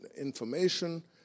information